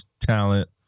talent